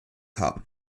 haben